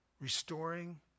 restoring